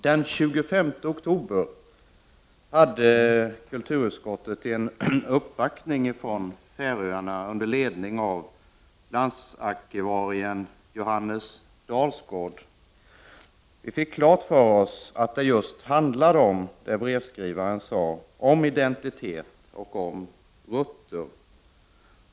Den 25 oktober uppvaktades vi i kulturutskottet av en grupp från Färöarna under ledning av landsarkivarien Johannes Dalsgaard. Vi fick klart för oss att det handlar om just det som brevskrivaren nämnde — alltså om identitet och rötter.